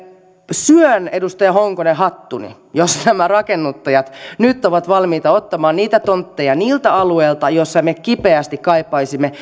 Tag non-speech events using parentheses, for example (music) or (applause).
syön edustaja honkonen hattuni jos nämä rakennuttajat nyt ovat valmiita ottamaan tontteja niiltä alueilta joilla me kipeästi kaipaisimme (unintelligible)